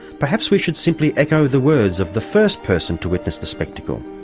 perhaps we should simply echo the words of the first person to witness the spectacle,